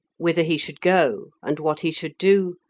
whither he should go, and what he should do,